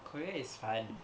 korea is fun